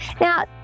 Now